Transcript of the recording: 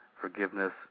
forgiveness